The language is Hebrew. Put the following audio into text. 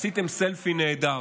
עשיתם סלפי נהדר,